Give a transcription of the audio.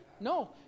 No